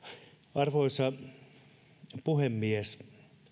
arvoisa puhemies